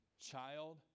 child